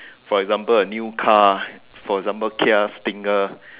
for example a new car for example kia stinger